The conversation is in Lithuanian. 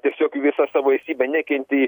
tiesiog visa savo esybe nekentei